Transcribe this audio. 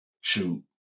shoot